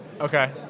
Okay